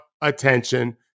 attention